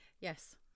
Yes